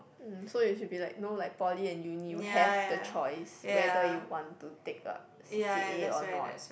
um so it should be like you know like in Poly and uni you have the choice whether you want to take up C_C_A or not